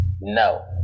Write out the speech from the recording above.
No